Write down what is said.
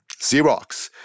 Xerox